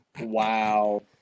Wow